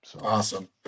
Awesome